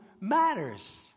matters